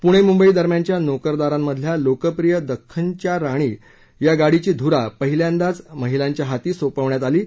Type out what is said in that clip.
पुणे मुंबई दरम्यानच्या नोकरदारांमधल्या लोकप्रिय दखखनच्या राणी या गाडीची धुरा पहिल्यांदाच महिलांच्या हाती सोपवण्यात आली आहे